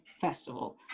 festival